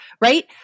right